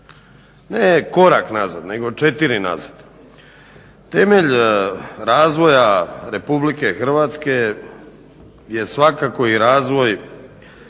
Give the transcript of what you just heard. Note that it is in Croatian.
Ne korak nazad, nego četiri nazad. Temelj razvoja RH je svakako i razvoj